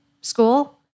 school